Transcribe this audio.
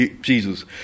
Jesus